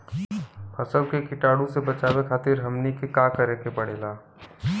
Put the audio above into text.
फसल के कीटाणु से बचावे खातिर हमनी के का करे के पड़ेला?